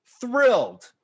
thrilled